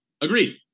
Agreed